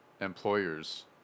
employers